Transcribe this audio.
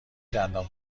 دندان